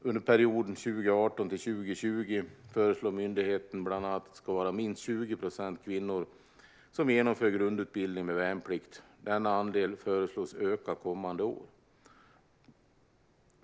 Under perioden 2018-2020 föreslår myndigheten bland annat att det ska vara minst 20 procent kvinnor som genomför grundutbildning med värnplikt. Denna andel föreslås öka kommande år.